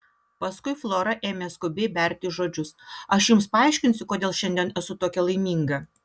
paskui flora ėmė skubiai berti žodžius aš jums paaiškinsiu kodėl šiandien esu tokia laiminga